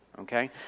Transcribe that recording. okay